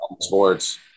Sports